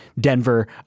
Denver